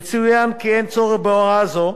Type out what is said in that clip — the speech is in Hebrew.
יצוין כי אין צורך בהוראה זו,